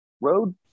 road